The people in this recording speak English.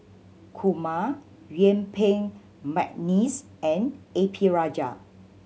Kumar Yuen Peng McNeice and A P Rajah